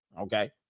okay